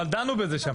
אבל דנו בזה שם.